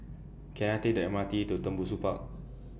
Can I Take The M R T to Tembusu Park